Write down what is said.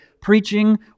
preaching